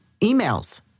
emails